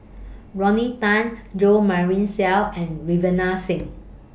Rodney Tan Jo Marion Seow and Ravinder Singh